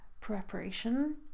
preparation